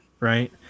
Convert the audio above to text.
Right